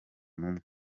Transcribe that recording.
umwe